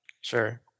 Sure